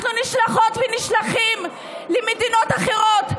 אנחנו נשלחות ונשלחים למדינות אחרות,